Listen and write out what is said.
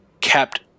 kept